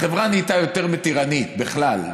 החברה נהייתה יותר מתירנית בכלל,